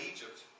Egypt